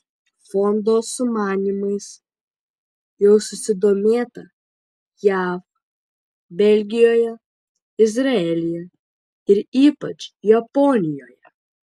fondo sumanymais jau susidomėta jav belgijoje izraelyje ir ypač japonijoje